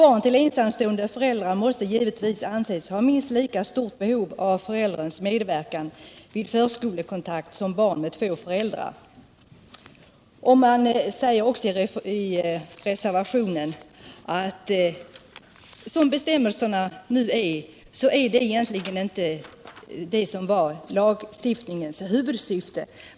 Barn till ensamstående förälder måste givetvis anses ha minst lika stort behov av förälderns medverkan vid förskolekontakter som barn med två föräldrar.” I reservationen sägs också att nuvarande bestämmelser inte kan tillgodose behovet av kontinuerlig kontakt med förskoleverksamheten som varit lagstiftningens huvudsyfte.